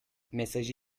mesajı